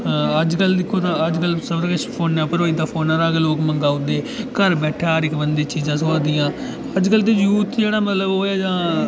अजकल दिक्खो तां अजकल सारा किश फोनै उप्पर होई जंदा फोनै दा गै लोग मंगाई ओड़दे घर बैठे दे बंदे गी हर इक चीजा थ्होआ दियां अजकल दा यूथ जेह्ड़ा मतलब ओह् ऐ जां